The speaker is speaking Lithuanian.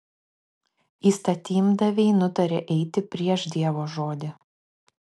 įstatymdaviai nutarė eiti prieš dievo žodį